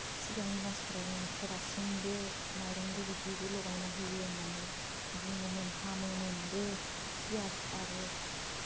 सिगांनि मानसिफ्रा बुङोमोन किरासिनदो माइरंदों बिदि बिदि लगायना होयो होन्नानै बुङोमोन हामो मोनबो पियास आरो